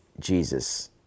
Jesus